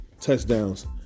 touchdowns